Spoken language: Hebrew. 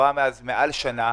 עברה מאז מעל שנה.